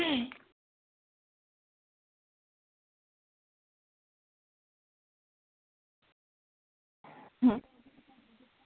آز چھِ مگر آز چھِ راکھی رَکشا بندھن چھِ اَمِچ سیل چھِ چَلان تہٕ باقٕیَن ایپَن پٮ۪ٹھ یِتھ کَن اَسہِ وٕچھِ ڈِسکاوُنٛٹ چھُ میلان تہٕ تُہۍ کیٛازِ چھُو نہٕ دِوان کُنہِ فونَس ڈِسکاوُںٛٹ